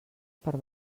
per